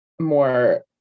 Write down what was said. more